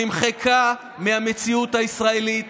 נמחקה מהמציאות הישראלית.